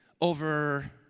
over